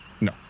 No